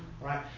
right